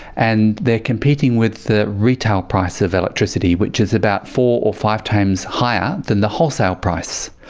and they are competing with the retail price of electricity, which is about four or five times higher than the wholesale price.